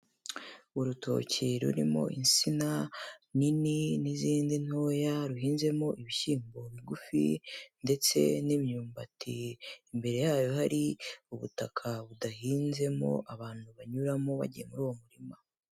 Urutoki rurimo insina nini n'izindi ntoya, ruhinzemo ibishyimbo bigufi ndetse n'imyumbati, imbere yayo hari ubutaka budahinzemo abantu banyuramo bagiye muri uwo murima.